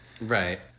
Right